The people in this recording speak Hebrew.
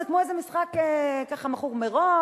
זה כמו איזה משחק ככה מכור מראש,